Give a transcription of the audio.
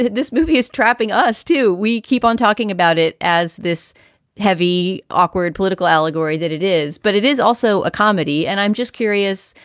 this movie is trapping us. do we keep on talking about it as this heavy, awkward political allegory? that it is, but it is also a comedy. and i'm just curious.